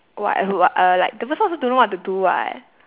what who a~ uh like the person also don't know what to do [what]